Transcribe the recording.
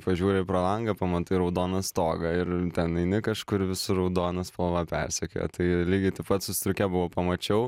pažiūri pro langą pamatai raudoną stogą ir ten eini kažkur visur raudona spalva persekioja tai lygiai taip pat su striuke buvo pamačiau